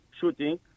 shooting